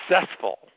successful